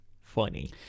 funny